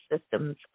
systems